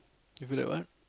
you go like what